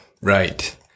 Right